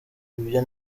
ibyo